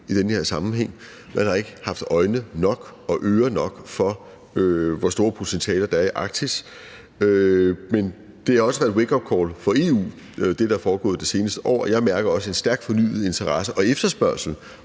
i den her sammenhæng, man har ikke haft øjne og ører nok for, hvor store potentialer der er i Arktis, men det har også været et wake up-call for EU, hvad der er foregået det seneste år, og jeg mærker også en stærkt fornyet interesse og efterspørgsel